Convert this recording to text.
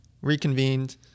reconvened